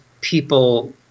people